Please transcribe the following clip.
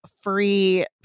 free